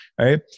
right